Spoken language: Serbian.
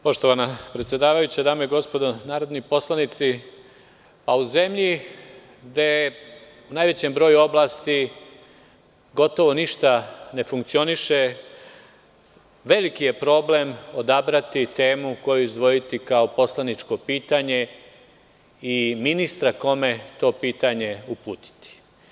Poštovana predsedavajuća, dame i gospodo narodni poslanici, u zemlji gde u najvećem broju oblasti gotovo ništa ne funkcioniše, veliki je problem odabrati temu koju izdvojiti kao poslaničko pitanje i ministra kome to pitanje uputiti.